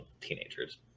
teenagers